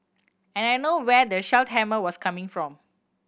and I know where the sledgehammer was coming from